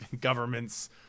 governments